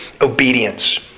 obedience